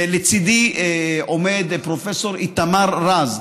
ולצידי עומד פרופ' איתמר רז,